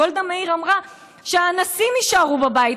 גולדה מאיר אמרה: שאנסים יישארו בבית,